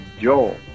Joel